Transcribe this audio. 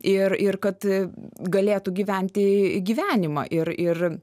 ir ir kad galėtų gyventi gyvenimą ir ir